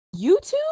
YouTube